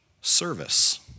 service